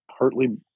partly